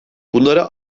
bunlara